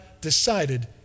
decided